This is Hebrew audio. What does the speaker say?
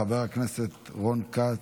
חבר הכנסת רון כץ,